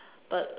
but